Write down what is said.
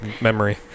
memory